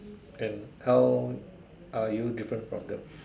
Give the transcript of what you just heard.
and how are you different from them